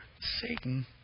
Satan